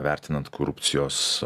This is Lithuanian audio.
vertinant korupcijos